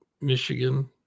Michigan